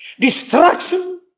destruction